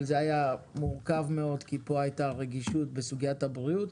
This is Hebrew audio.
אבל זה היה מורכב מאוד כי פה הייתה רגישות בסוגיית הבריאות.